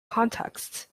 contexts